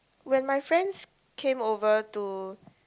when my friends came over to